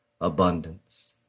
abundance